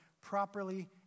properly